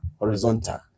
horizontal